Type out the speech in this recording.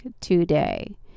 today